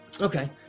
Okay